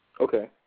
Okay